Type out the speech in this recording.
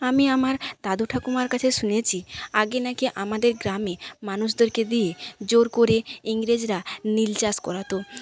আমি আমার দাদু ঠাকুমার কাছে শুনেছি আগে না কি আমাদের গ্রামে মানুষদেরকে দিয়ে জোর করে ইংরেজরা নীল চাষ করাতো